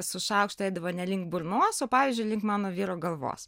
su šaukštu eidavo ne link burnos o pavyzdžiui link mano vyro galvos